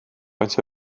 faint